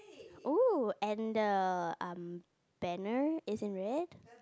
oh and the um banner is in red